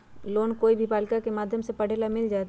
Loan कोई भी बालिका के माध्यम से पढे ला मिल जायत?